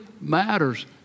matters